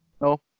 No